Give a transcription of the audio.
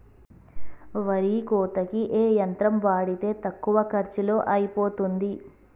వరి కోతకి ఏ యంత్రం వాడితే తక్కువ ఖర్చులో అయిపోతుంది?